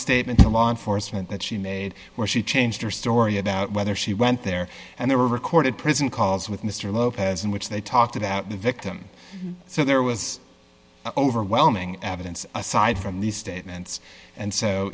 statements to law enforcement that she made where she changed her story about whether she went there and they were recorded prison calls with mr lopez in which they talked about the victim so there was overwhelming evidence aside from these statements and so